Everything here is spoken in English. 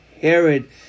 Herod